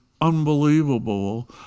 unbelievable